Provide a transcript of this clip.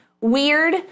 weird